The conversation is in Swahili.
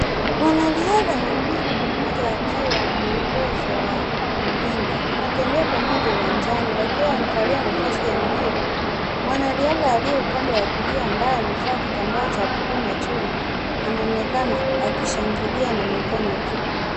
Wanariadha wawili mmoja akiwa mwongozo wa mwingine, wanatembea pamoja uwanjani wakiwa wamevalia mavazi ya mbio. Mwanariadha aliye upande wa kulia ambaye amevaa kitambaa cha buluu machoni anaonekana akishangilia na mikono juu.